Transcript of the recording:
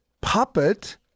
puppet